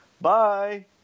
Bye